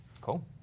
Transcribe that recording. Cool